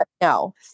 No